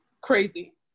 crazy